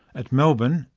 at melbourne,